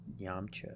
Yamcha